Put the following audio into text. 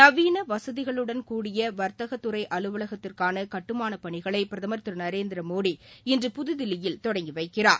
நவீன வசதிகளுடன் கூடிய வர்த்தகத் துறை அலுவலகத்திற்கான கட்டுமான பணிகளை பிரதமர் திரு நரேந்திரமோடி இன்று புதுதில்லியில் தொடங்கி வைக்கிறார்